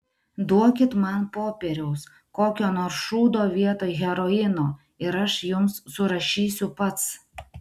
duokit man popieriaus kokio nors šūdo vietoj heroino ir aš jums surašysiu pats